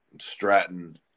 Stratton